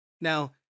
Now